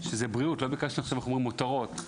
לא ביקשנו מותרות,